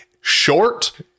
short